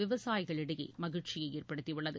விவசாயிகளிடையே மகிழ்ச்சியை ஏற்படுத்தியுள்ளது